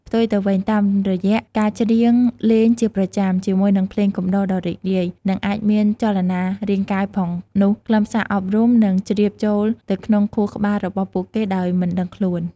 ផ្ទុយទៅវិញ តាមរយៈការច្រៀងលេងជាប្រចាំ ជាមួយនឹងភ្លេងកំដរដ៏រីករាយ និងអាចមានចលនារាងកាយផងនោះ ខ្លឹមសារអប់រំនឹង ជ្រាបចូលទៅក្នុង ខួរក្បាលរបស់ពួកគេដោយមិនដឹងខ្លួន។